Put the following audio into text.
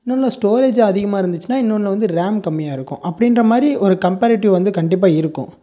இன்னொன்று ஸ்டோரேஜ் அதிகமாக இருந்துச்சுனா இன்னொன்றுல வந்து ரேம் கம்மியாக இருக்கும் அப்படின்ற மாதிரி ஒரு கம்பாரிட்டிவ் வந்து கண்டிப்பாக இருக்கும்